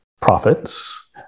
profits